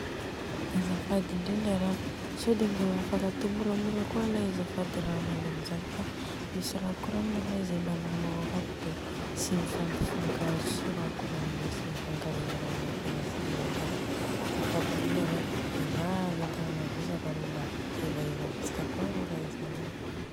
Azafady indrindra ara, sôde de mba afaka atô moramora kôa alay azafady i ra magnino zany fa misy ra koranina alay zembany i namako akato de tsy mifampifankahazo si ra koranine tsy mifankarengy ra zakena si ze akato. Azafady indrindra arô mba miangavy antagnamavesatra arô mba aivaiva bitika kôa arô ra zany e.